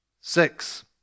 Six